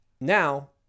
Now